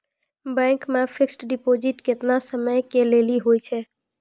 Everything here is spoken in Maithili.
बैंक मे फिक्स्ड डिपॉजिट केतना समय के लेली होय छै?